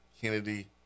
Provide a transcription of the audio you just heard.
Kennedy